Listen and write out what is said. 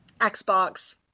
Xbox